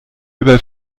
über